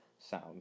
sound